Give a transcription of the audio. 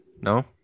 no